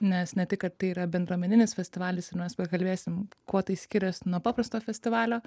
nes ne tik kad tai yra bendruomeninis festivalis ir mes pakalbėsim kuo tai skiriasi nuo paprasto festivalio